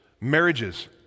marriages